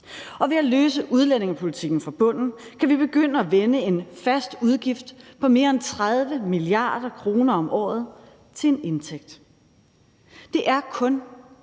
ved at løse udlændingepolitikken fra bunden kan vi begynde at vende en fast udgift på mere end 30 mia. kr. om året til en indtægt. Det er kun